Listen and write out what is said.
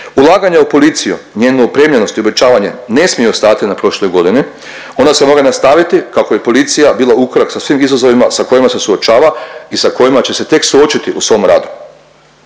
Ulaganja u policiju, njenu opremljenost i obećavanje ne smiju stati na prošloj godini, ona se mora nastaviti kako bi policija bila ukorak sa svim izazovima sa kojima se suočava i sa kojima će se tek suočiti u svom radu.